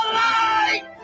light